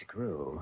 crew